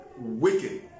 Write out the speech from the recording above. wicked